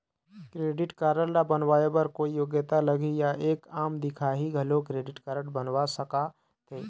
Credit card ला बनवाए बर कोई योग्यता लगही या एक आम दिखाही घलो क्रेडिट कारड बनवा सका थे?